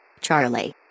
Charlie